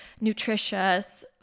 nutritious